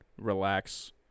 relax